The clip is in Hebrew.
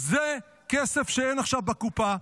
אז זה כסף שאין עכשיו בקופה.